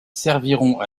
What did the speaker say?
serviront